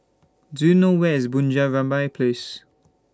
Do YOU know Where IS Bunga Rampai Place